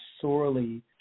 sorely